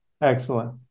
Excellent